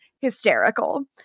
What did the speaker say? hysterical